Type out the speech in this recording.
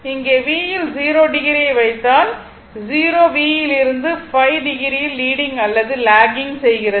இங்கே v யில் ∠0o யை வைத்தால் o V இலிருந்து ϕo யில் லீடிங் அல்லது லாகிங் ஆகிறது